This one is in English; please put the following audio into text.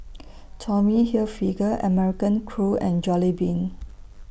Tommy Hilfiger American Crew and Jollibean